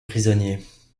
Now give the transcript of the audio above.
prisonniers